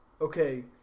okay